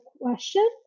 question